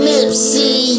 Nipsey